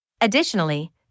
Additionally